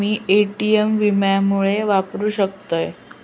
मी ATM विनामूल्य वापरू शकतय?